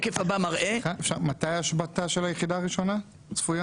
מתי ההשבתה של הראשונה צפויה?